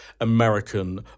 American